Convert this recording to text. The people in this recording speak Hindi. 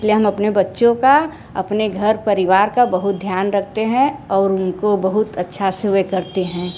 इसलिए हम अपने बच्चों का अपने घर परिवार का बहुत ध्यान रखते हैं और उनको बहुत अच्छा सेवा करते हैं